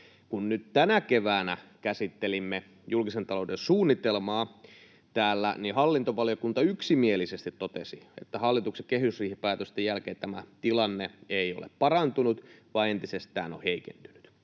Kun nyt tänä keväänä käsittelimme julkisen talouden suunnitelmaa täällä, niin hallintovaliokunta yksimielisesti totesi, että hallituksen kehysriihen päätösten jälkeen tämä tilanne ei ole parantunut vaan entisestään on heikentynyt.